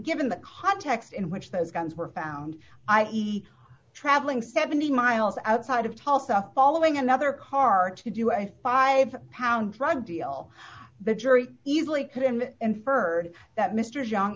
given the context in which those guns were found i e traveling seventy miles outside of tulsa following another car to do a five pound drug deal the jury easily could and inferred that mr